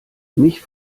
mich